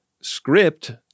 script